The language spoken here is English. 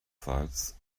sides